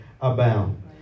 abound